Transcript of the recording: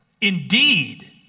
Indeed